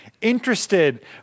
interested